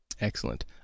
Excellent